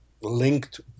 linked